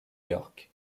york